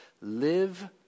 live